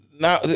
now